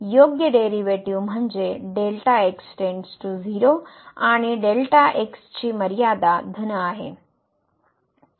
तर योग्य डेरीवेटीव म्हणजे आणि ची मर्यादा धन आहे